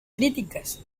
críticas